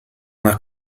una